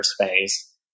space